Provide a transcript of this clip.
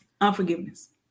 unforgiveness